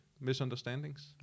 misunderstandings